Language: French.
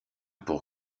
pour